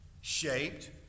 shaped